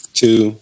two